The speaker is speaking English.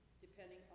depending